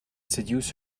seduce